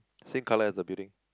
same color as the building